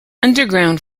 underground